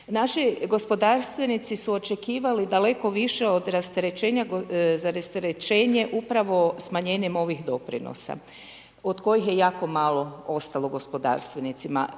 Naši gospodarstvenici su očekivali daleko više od rasterećenja za rasterećenje upravo smanjenjem ovih doprinosa od kojih je jako malo ostalo gospodarstvenicima.